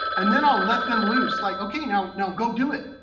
and then i'll let them loose. like, okay now, now go do it.